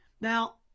Now